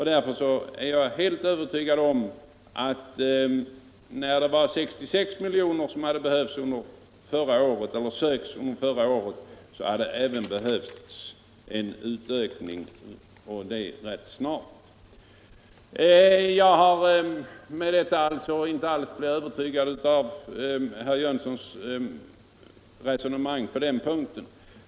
Eftersom 66 milj.kr. begärdes förra året är jag övertygad om att det är motiverat med en uppräkning, och det rätt snart. Jag har inte alls blivit övertygad av herr Jönssons resonemang på den punkten.